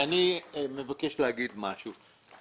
אני מבקש לומר משהו.